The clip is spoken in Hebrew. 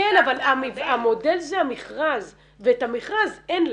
כן, אבל המודל זה המכרז ואת המכרז אין לה.